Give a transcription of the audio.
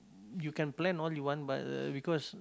you can plan all you want but uh because